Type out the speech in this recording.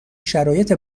شرایط